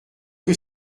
que